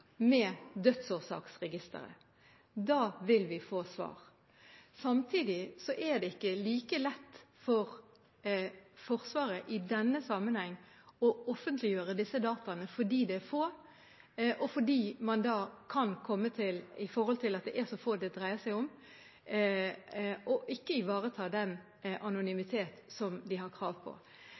med Dødsårsaksregisteret. Da vil vi få svar. Samtidig er det ikke like lett for Forsvaret i denne sammenheng å offentliggjøre disse dataene, fordi det dreier seg om så få, og man kan komme til ikke å ivareta den anonymitet de har krav på. Det vil vi se på, men dette vil bli offentliggjort etter påske. Da vil vi ha gjort de